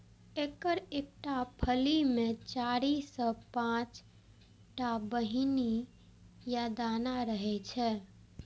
एकर एकटा फली मे चारि सं पांच टा बीहनि या दाना रहै छै